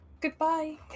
Goodbye